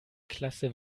klasse